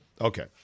Okay